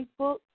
Facebook